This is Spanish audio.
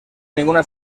ninguna